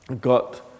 got